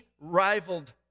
rivaled